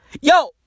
Yo